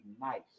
nice